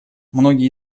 многие